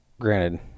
granted